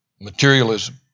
materialism